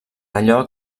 allò